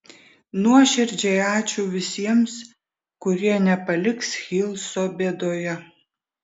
nuoširdžiai ačiū visiems kurie nepaliks hilso bėdoje